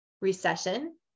Recession